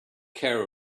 care